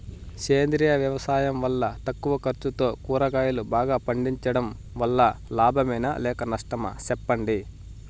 సేంద్రియ వ్యవసాయం వల్ల తక్కువ ఖర్చుతో కూరగాయలు బాగా పండించడం వల్ల లాభమేనా లేక నష్టమా సెప్పండి